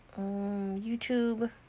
YouTube